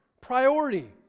Priority